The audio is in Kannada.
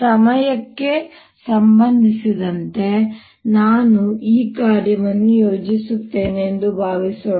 ಸಮಯಕ್ಕೆ ಸಂಬಂಧಿಸಿದಂತೆ ನಾನು ಈ ಕಾರ್ಯವನ್ನು ಯೋಜಿಸುತ್ತೇನೆ ಎಂದು ಭಾವಿಸೋಣ